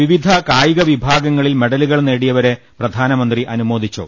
വിവിധ കായിക വിഭാഗങ്ങളിൽ മെഡലുകൾ നേടിയവരെ പ്രധാ നമന്ത്രി അനുമോദിച്ചു